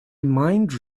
mind